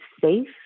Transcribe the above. safe